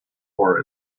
for